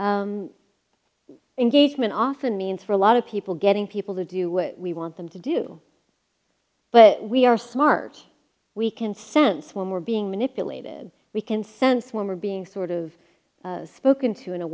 engagement often means for a lot of people getting people to do what we want them to do but we are smart we can sense when we're being manipulated we can sense when we're being sort of spoken to in a